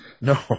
No